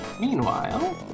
Meanwhile